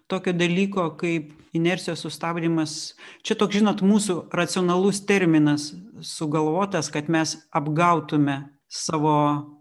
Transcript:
tokio dalyko kaip inercijos sustabdymas čia toks žinot mūsų racionalus terminas sugalvotas kad mes apgautume savo